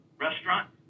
restaurant